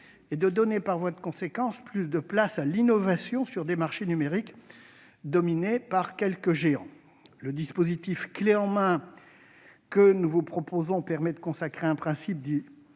et de donner, par voie de conséquence, plus de place à l'innovation sur des marchés numériques dominés par quelques géants. Le dispositif « clé en main » que nous vous proposons permet de consacrer un principe dit « de